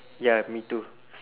ya me too